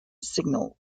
signal